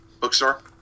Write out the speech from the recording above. bookstore